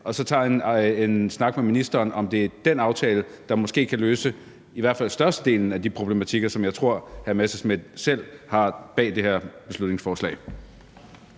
og tager en snak med ministeren om, om det er den aftale, der måske kan løse i hvert fald størstedelen af de problematikker, som jeg tror hr. Morten Messerschmidt selv mener er bag det her beslutningsforslag?